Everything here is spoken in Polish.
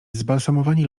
zabalsamowani